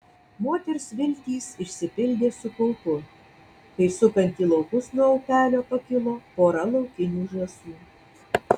moters viltys išsipildė su kaupu kai sukant į laukus nuo upelio pakilo pora laukinių žąsų